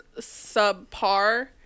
subpar